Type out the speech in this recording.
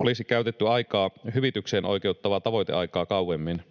olisi käytetty aikaa hyvitykseen oikeuttavaa tavoiteaikaa kauemmin.